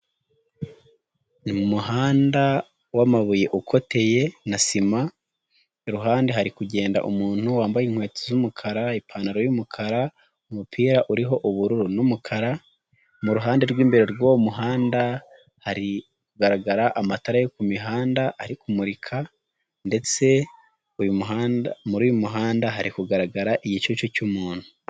Ni mu muhanda w'amabuye ukoteye na sima, iruhande hari kugenda umuntu wambaye inkweto z'umukara, ipantaro y'umukara, umupira uriho ubururu n'umukara, mu ruhande rw'imbere rw'uwo muhanda hari kugaragara amatara yo ku mihanda ari kumurika ndetse uyu muhanda, muri uyu muhanda hari kugaragara igicucu cy'umuntu.